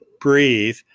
breathe